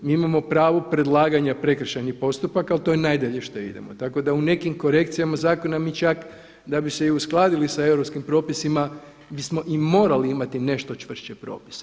Mi imamo pravo predlaganja prekršajnih postupaka, ali to je najdalje što idemo, tako da u nekim korekcijama zakona mi čak da bi se i uskladili sa europskim propisima bismo i morali imati nešto čvršće propise.